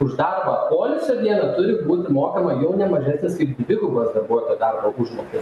už darbą poilsio dieną turi būti mokama jau ne mažesnis kaip dvigubas darbuotojo darbo užmokestis